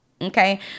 Okay